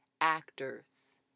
actors